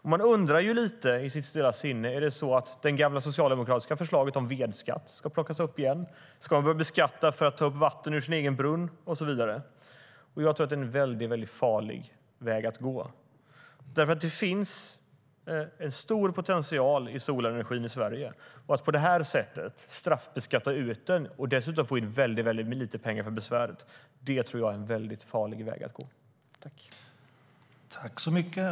Man undrar lite i sitt stilla sinne: Är det så att det gamla socialdemokratiska förslaget om vedskatt ska plockas upp igen, att man ska beskattas för att man tar upp vatten ur sin egen brunn och så vidare?